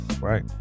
Right